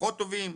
פחות טובים,